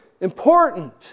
important